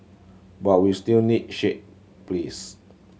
but we still need shade please